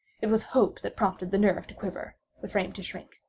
it was hope that prompted the nerve to quiver the frame to shrink.